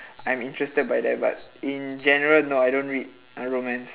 I'm interested by that but in general no I don't read uh romance